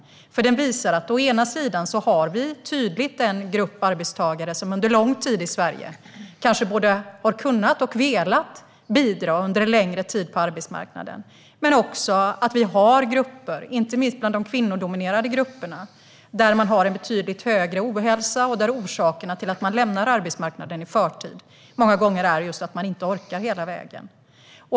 Den visar nämligen tydligt att vi å ena sidan har en grupp arbetstagare i Sverige som under lång tid har kanske både kunnat och velat bidra på arbetsmarknaden högre upp i åldern. Å andra sidan har vi grupper, inte minst bland kvinnodominerade yrken, där det finns en betydligt större ohälsa och där orsakerna till att man lämnar arbetsmarknaden i förtid många gånger är just att man inte orkar hela vägen.